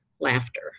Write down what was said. laughter